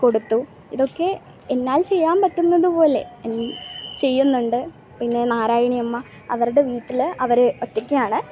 കൊടുത്തു ഇതൊക്കെ എന്നാൽ ചെയ്യാൻ പറ്റുന്നതുപോലെ ചെയ്യുന്നുണ്ട് പിന്നെ നാരായണിയമ്മ അവരുടെ വീട്ടിൽ അവർ ഒറ്റക്കാണ്